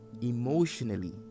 emotionally